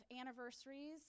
anniversaries